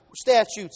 statutes